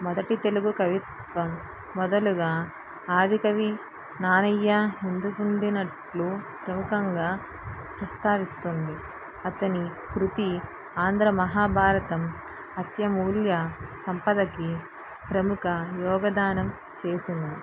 మొదటి తెలుగు కవిత్వం మొదలుగా ఆదికవి నన్నయ్య ముందుకు ఉండినట్లు ప్రముఖంగా ప్రస్తావిస్తుంది అతని కృతి ఆంధ్ర మహాభారతం అతి మూల్య సంపదకి ప్రముఖ యోగ్దానం చేసింది